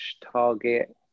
target